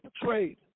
betrayed